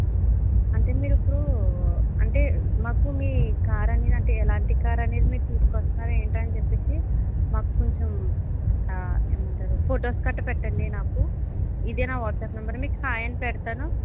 అంటే మీరిప్పుడూ అంటే మాకు మీ కార్ అనేది అంటే ఎలాంటి కార్ అనేది మీరు తీసుకువస్తారు ఏంటా అని చెప్పేసి మాకు కొంచం ఏమంటారు ఫొటోస్ గట్ట పెట్టండి నాకు ఇదే నా వాట్సాప్ నెంబర్ మీకు హాయ్ అని పెడతాను